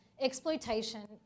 exploitation